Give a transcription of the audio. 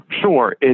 Sure